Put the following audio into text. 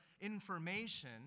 information